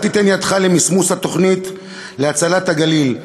אל תיתן את ידך למסמוס התוכנית להצלת הגליל,